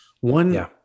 one